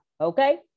Okay